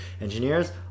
engineers